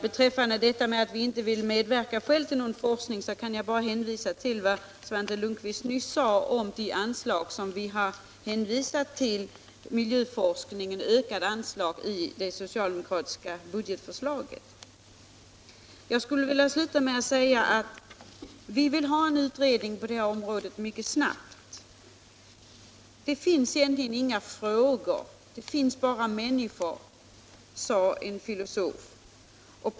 Beträffande talet om att vi själva inte skulle vilja medverka till någon forskning kan jag bara hänvisa till vad Svante Lundkvist nyss sade om de ökade anslag som vi har anvisat till miljöforskning i det socialdemokratiska budgetförslaget. Till slut: Vi vill ha en utredning på det här området mycket snabbt. —- Det finns egentligen inga frågor, det finns bara människor, sade en filosof.